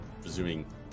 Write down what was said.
presuming